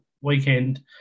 weekend